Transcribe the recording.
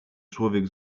człowiek